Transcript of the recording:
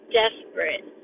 desperate